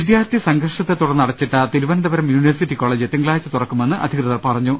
വിദ്യാർഥി സംഘർഷത്തെത്തുടർന്ന് അടച്ചിട്ട തിരുവനന്തപുരം യൂണിവേഴ്സിറ്റി കോളേജ് തിങ്കളാഴ്ച തുറക്കുമെന്ന് അധികൃതർ അറി യിച്ചു